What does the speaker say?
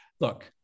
look